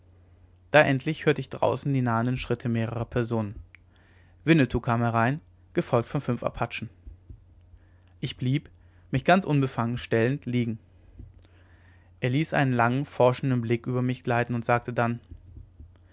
da endlich hörte ich draußen die nahenden schritte mehrerer personen winnetou kam herein gefolgt von fünf apachen ich blieb mich ganz unbefangen stellend liegen er ließ einen langen forschenden blick über mich gleiten und sagte dann